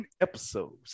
episodes